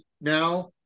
now